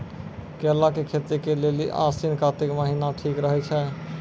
केला के खेती के लेली आसिन कातिक महीना ठीक रहै छै